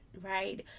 right